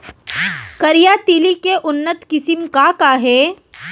करिया तिलि के उन्नत किसिम का का हे?